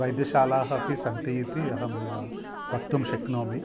वैद्यशालाः अपि सन्ति इति अहं वक्तुं शक्नोमि